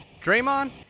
draymond